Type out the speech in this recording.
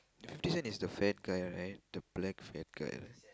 Fifty-Cent is the fat guy right the black fat guy right